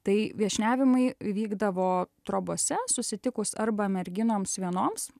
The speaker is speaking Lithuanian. tai viešniavimai vykdavo trobose susitikus arba merginoms vienoms